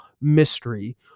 mystery